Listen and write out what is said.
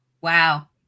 Wow